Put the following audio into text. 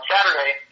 Saturday